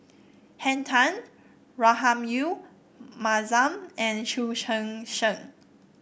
Henn Tan Rahayu Mahzam and Chu Chee Seng